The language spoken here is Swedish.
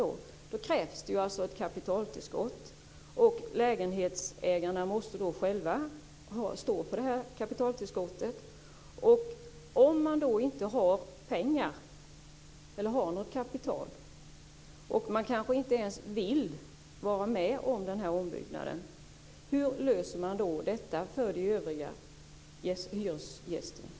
Då krävs det ett kapitaltillskott, och lägenhetsägarna måste själva stå för detta kapitaltillskott. Om man då inte har något kapital och kanske inte ens vill vara med om denna ombyggnad, hur löser man då detta för de övriga hyresgästerna?